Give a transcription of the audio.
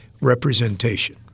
representation